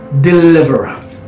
deliverer